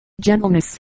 gentleness